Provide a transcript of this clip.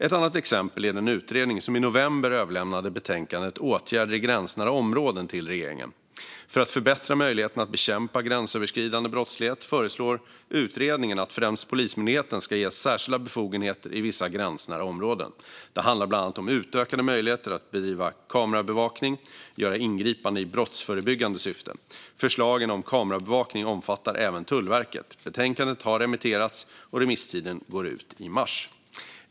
Ett annat exempel är den utredning som i november överlämnade betänkandet Åtgärder i gränsnära områden till regeringen. För att förbättra möjligheterna att bekämpa gränsöverskridande brottslighet föreslår utredningen att främst Polismyndigheten ska ges särskilda befogenheter i vissa gränsnära områden. Det handlar bland annat om utökade möjligheter att bedriva kamerabevakning och göra ingripanden i brottsförebyggande syfte. Förslagen om kamerabevakning omfattar även Tullverket. Betänkandet har remitterats, och remisstiden går ut i mars.